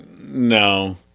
no